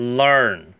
learn